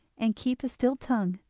and keep a still tongue,